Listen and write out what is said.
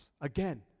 Again